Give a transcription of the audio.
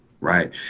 Right